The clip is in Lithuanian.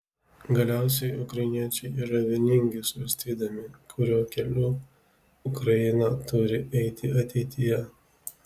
galiausiai ukrainiečiai yra vieningi svarstydami kuriuo keliu ukraina turi eiti ateityje